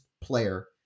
player